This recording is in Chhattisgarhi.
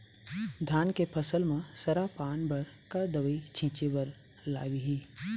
धान के फसल म सरा पान बर का दवई छीचे बर लागिही?